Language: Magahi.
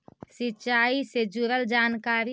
सिंचाई से जुड़ल जानकारी?